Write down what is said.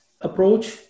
approach